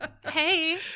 Hey